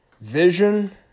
vision